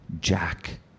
Jack